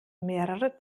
mehrere